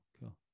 cool